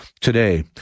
today